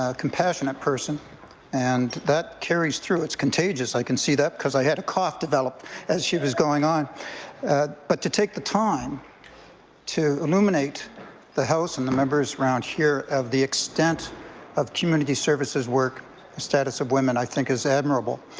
ah compassionate person and that carries through. it's contagious i can see that because i had a cuff develop as she was going on but to take the time to illuminate the house and the members around here of the extent of community services work status of women i think is admirable.